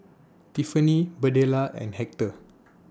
Tiffani Birdella and Hector